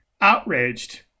outraged